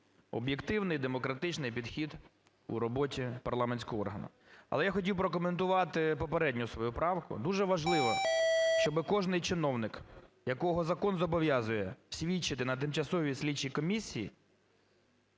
Об'єктивний, демократичний підхід в роботі парламентського органу. Але я хотів прокоментувати попередню свою правку. Дуже важливо, щоб кожен чиновник, якого закон зобов'язує свідчити на тимчасовій слідчій комісії,